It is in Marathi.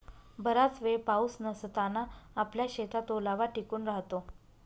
बराच वेळ पाऊस नसताना आपल्या शेतात ओलावा टिकून राहतो